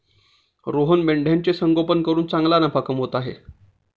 रोहन मेंढ्यांचे संगोपन करून चांगला नफा कमवत आहे